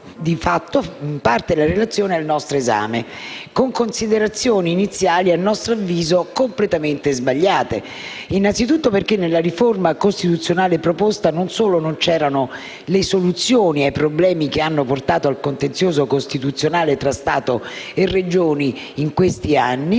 iniziali a nostro avviso completamente sbagliate, innanzitutto perché nella riforma costituzionale proposta non c'erano le soluzioni ai problemi che hanno portato al contenzioso costituzionale tra Stato e Regioni degli ultimi anni.